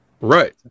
Right